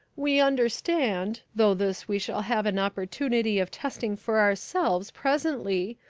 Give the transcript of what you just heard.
we understand, though this we shall have an opportunity of testing for ourselves presently,